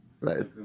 Right